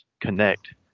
Connect